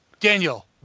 Daniel